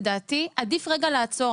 לדעתי עדיף רגע לעצור,